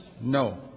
No